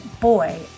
boy